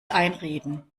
einreden